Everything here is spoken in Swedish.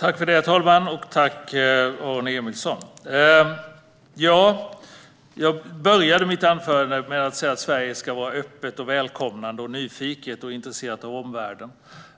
Herr talman! Jag började mitt anförande med att säga att Sverige ska vara öppet, välkomnande, nyfiket och intresserat av omvärlden.